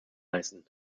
leisten